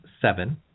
seven